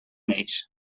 neix